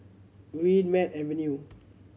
Greenmead Avenue